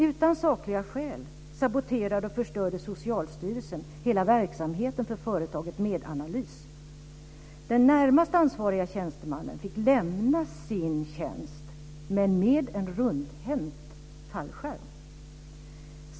Utan sakliga skäl saboterade och förstörde Socialstyrelsen hela verksamheten för företaget Medanalys. Den närmast ansvariga tjänstemannen fick lämna sin tjänst, men med en rundhänt fallskärm.